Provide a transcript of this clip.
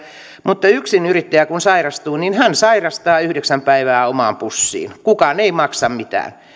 mutta yksinyrittäjä kun sairastuu niin hän sairastaa yhdeksän päivää omaan pussiin kukaan ei maksa mitään